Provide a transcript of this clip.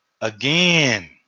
again